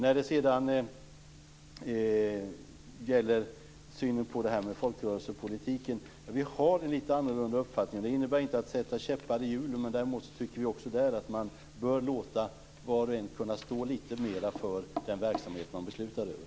När det sedan gäller synen på folkrörelsepolitiken har vi en lite annorlunda uppfattning. Det innebär inte att sätta käppar i hjulen, men vi tycker också där att man bör låta var och en stå lite mera för den verksamhet man beslutar över.